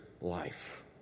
life